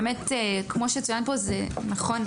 כמו שצוין פה זה נכון,